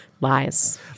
Lies